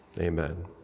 amen